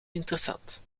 interessant